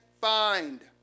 find